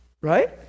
Right